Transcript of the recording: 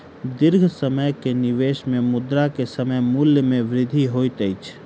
दीर्घ समय के निवेश में मुद्रा के समय मूल्य में वृद्धि होइत अछि